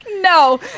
No